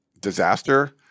disaster